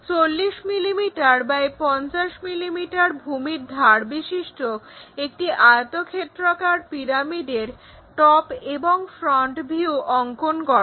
40 millimetre X 50 millimetre ভূমির ধারবিশিষ্ট একটি আয়তক্ষেত্রাকার পিরামিডের টপ এবং ফ্রন্ট ভিউ অঙ্কন করো